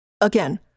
Again